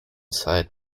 zeit